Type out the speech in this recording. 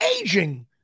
aging